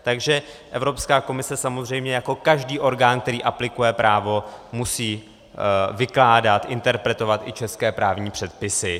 Takže Evropská komise samozřejmě jako každý orgán, který aplikuje právo, musí vykládat, interpretovat i české právní předpisy.